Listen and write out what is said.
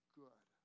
good